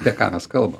dekanas kalba